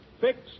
fixed